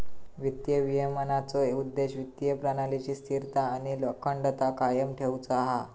वित्तीय विनिमयनाचो उद्देश्य वित्तीय प्रणालीची स्थिरता आणि अखंडता कायम ठेउचो हा